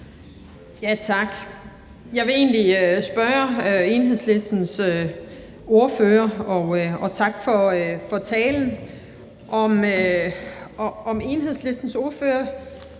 Tak. Jeg vil egentlig spørge Enhedslistens ordfører – og tak for talen – om Enhedslistens ordfører